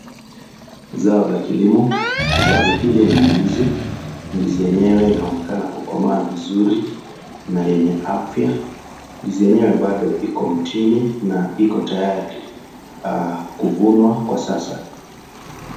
Zao la kilimo. Zao hili ni ndizi, ndizi yenyewe inaonekana kukomaa vizuri, na yenye afya, ndizi yenyewe bado iko mtini na iko tayari kuvunwa sasa.